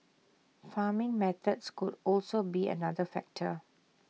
farming methods could also be another factor